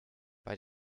bei